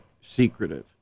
secretive